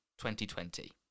2020